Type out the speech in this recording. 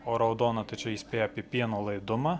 o raudona tai čia įspėja apie pieno laidumą